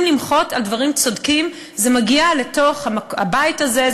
למחות על דברים צודקים זה מגיע לתוך הבית הזה,